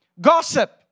Gossip